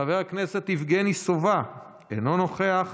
חבר הכנסת יבגני סובה, אינו נוכח,